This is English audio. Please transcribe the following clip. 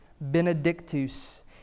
Benedictus